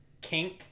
Kink